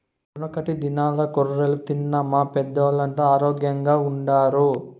యెనకటి దినాల్ల కొర్రలు తిన్న మా పెద్దోల్లంతా ఆరోగ్గెంగుండారు